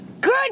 Good